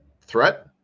Threat